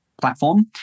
platform